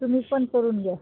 तुम्ही पण करून घ्या